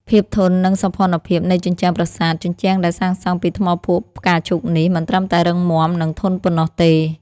ភាពធន់ និងសោភ័ណភាពនៃជញ្ជាំងប្រាសាទ ជញ្ជាំងដែលសាងសង់ពីថ្មភក់ផ្កាឈូកនេះ មិនត្រឹមតែរឹងមាំ និងធន់ប៉ុណ្ណោះទេ។